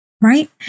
Right